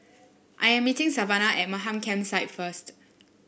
I am meeting Savana at Mamam Campsite first